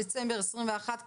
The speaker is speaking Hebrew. היום 27 בדצמבר 2021,